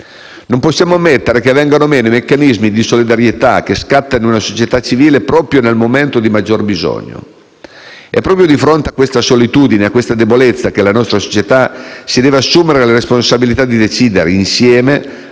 Non possiamo ammettere che vengano meno i meccanismi di solidarietà che scattano in una società civile proprio nel momento di maggior bisogno. È proprio di fronte a questa solitudine e debolezza che la nostra società si deve assumere la responsabilità di decidere insieme,